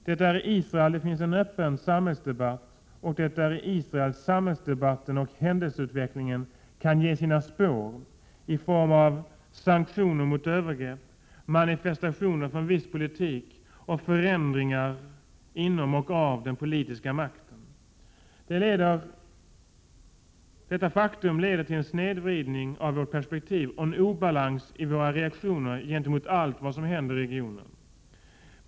Det är i Israel det finns en öppen samhällsdebatt, och det är i Israel samhällsdebatten och händelseutvecklingen kan sätta sina spår i form av sanktioner mot övergrepp, manifestationer för en viss politik och förändringar inom och av den politiska makten. Detta faktum leder till en snedvridning av vårt perspektiv och en obalans i våra reaktioner gentemot allt vad som händer i regionen.